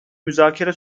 müzakere